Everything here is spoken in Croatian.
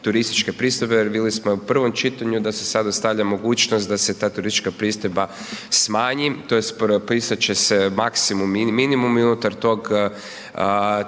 turističke pristojbe jer vidjeli smo u prvom čitanju da se sada stavlja mogućnost da se ta turistička pristojba smanji tj. propisat će se maksimum i minimum i unutar tog